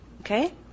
Okay